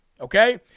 Okay